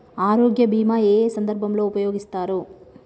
ఆరోగ్య బీమా ఏ ఏ సందర్భంలో ఉపయోగిస్తారు?